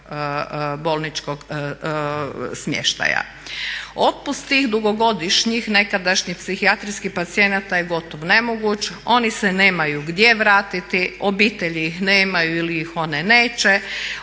bolničkog smještaja. Otpusti dugogodišnjih nekadašnjih psihijatrijskih pacijenata je gotovo nemoguć. Oni se nemaju gdje vratiti, obitelji nemaju ili ih one neće,